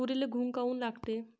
तुरीले घुंग काऊन लागते?